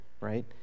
right